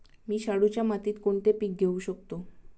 मी शाडूच्या मातीत कोणते पीक घेवू शकतो?